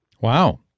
Wow